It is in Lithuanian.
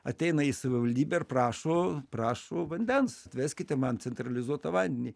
ateina į savivaldybę ir prašo prašo vandens atveskite man centralizuotą vandenį